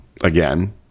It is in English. again